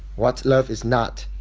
what love is not?